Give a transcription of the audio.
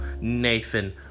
Nathan